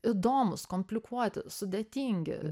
įdomūs komplikuoti sudėtingi